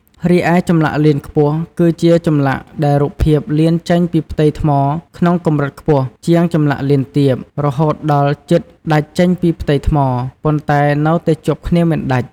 រីឯចម្លាក់លៀនខ្ពស់ គឺជាចម្លាក់ដែលរូបភាពលៀនចេញពីផ្ទៃថ្មក្នុងកម្រិតខ្ពស់ជាងចម្លាក់លៀនទាប រហូតដល់ជិតដាច់ចេញពីផ្ទៃថ្ម ប៉ុន្តែនៅតែជាប់គ្នាមិនដាច់។